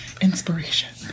inspiration